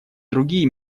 другие